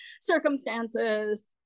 circumstances